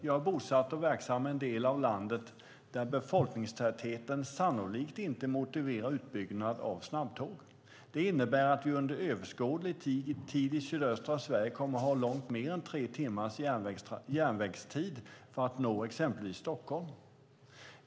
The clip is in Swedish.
Jag är bosatt och verksam i en del av landet där befolkningstätheten sannolikt inte motiverar en utbyggnad av snabbtåg. Det innebär att vi i sydöstra Sverige under överskådlig tid kommer att ha långt mer än tre timmars resa på järnväg för att nå exempelvis Stockholm.